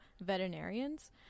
veterinarians